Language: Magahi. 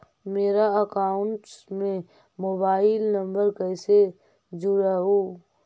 मेरा अकाउंटस में मोबाईल नम्बर कैसे जुड़उ?